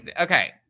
okay